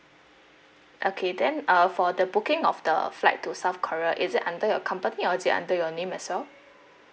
okay then uh for the booking of the flight to south korea is it under your company or is it under your name as well